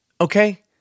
Okay